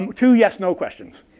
um two, yes, no questions.